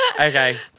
Okay